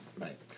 Right